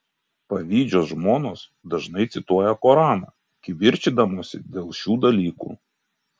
pavydžios žmonos dažnai cituoja koraną kivirčydamosi dėl šių dalykų